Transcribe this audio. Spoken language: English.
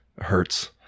hurts